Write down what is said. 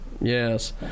Yes